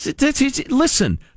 Listen